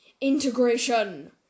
Integration